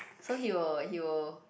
so he will he will